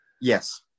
yes